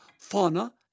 fauna